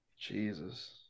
Jesus